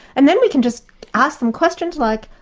and then we can just ask them questions like,